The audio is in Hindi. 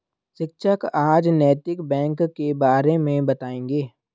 शिक्षक आज नैतिक बैंक के बारे मे बताएँगे